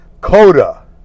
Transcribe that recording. CODA